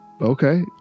Okay